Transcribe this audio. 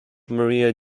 maria